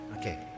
Okay